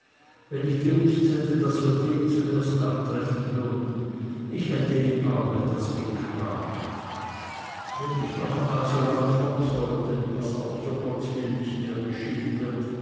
wenn ich gewußt hätte daß wir den zuerst antreffen würden ich hätte ihm auch etwas gekramet wenn ich noch einmal so lang fort sollte was aber so gottswill ist nicht mehr geschehen wird